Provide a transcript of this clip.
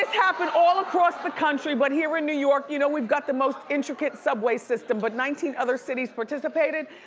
happened all across the country, but here in new york, you know, we've got the most intricate subway system, but nineteen other cities participated.